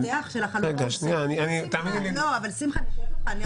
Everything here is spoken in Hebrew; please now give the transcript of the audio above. יש פה מפתח שלם בעניין הסיעות בכנסת.